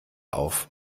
auf